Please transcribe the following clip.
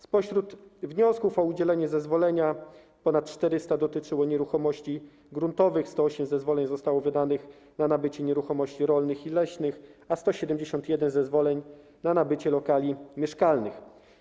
Spośród wniosków o udzielenie zezwolenia ponad 400 dotyczyło nieruchomości gruntowych, 108 zezwoleń zostało wydanych na nabycie nieruchomości rolnych i leśnych, a 171 zezwoleń - na nabycie lokali mieszkalnych.